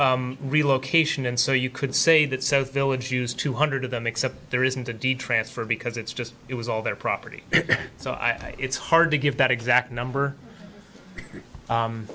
relocation and so you could say that so villages use two hundred of them except there isn't a deed transfer because it's just it was all their property so i it's hard to give that exact number